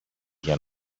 για